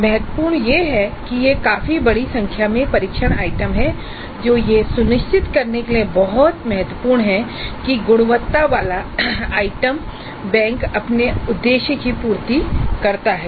महत्वपूर्ण यह है कि यह काफी बड़ी संख्या में परीक्षण आइटम है जो यह सुनिश्चित करने के लिए बहुत महत्वपूर्ण है कि गुणवत्ता वाला आइटम बैंक अपने उद्देश्य की पूर्ति करता है